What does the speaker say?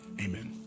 Amen